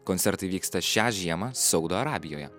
koncertai vyksta šią žiemą saudo arabijoje